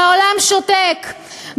והעולם שותק,